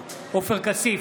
עופר כסיף,